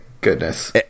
Goodness